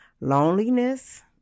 loneliness